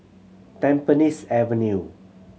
Tampines Avenue